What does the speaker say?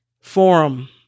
forum